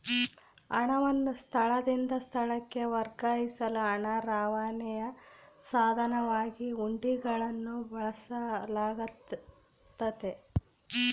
ಹಣವನ್ನು ಸ್ಥಳದಿಂದ ಸ್ಥಳಕ್ಕೆ ವರ್ಗಾಯಿಸಲು ಹಣ ರವಾನೆಯ ಸಾಧನವಾಗಿ ಹುಂಡಿಗಳನ್ನು ಬಳಸಲಾಗ್ತತೆ